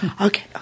Okay